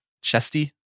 chesty